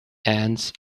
ants